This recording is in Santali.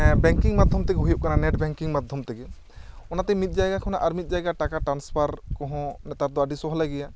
ᱵᱮᱝᱠᱤᱝ ᱢᱟᱫᱷᱚᱢ ᱛᱮᱜᱮ ᱦᱩᱭᱩᱜ ᱠᱟᱱᱟ ᱱᱮᱴᱵᱮᱝᱠᱤᱝ ᱢᱟᱫᱷᱚᱢ ᱛᱮᱜᱮ ᱚᱱᱟ ᱛᱮ ᱢᱤᱫ ᱡᱟᱭᱜᱟ ᱠᱷᱚᱱᱟᱜ ᱟᱨ ᱢᱤᱫ ᱡᱟᱭᱜᱟ ᱴᱟᱠᱟ ᱴᱨᱟᱱᱥᱯᱷᱟᱨ ᱠᱚᱦᱚᱸ ᱟᱹᱰᱤ ᱥᱚᱦᱚᱞᱮ ᱜᱮᱭᱟ